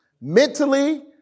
mentally